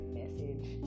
message